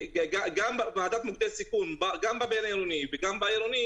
בוועדת מוקדי סיכון, גם בבין-עירוני וגם בעירוני